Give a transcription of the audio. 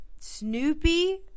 Snoopy